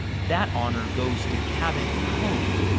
that honor goes to cabot cove,